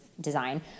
design